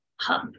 hub